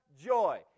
joy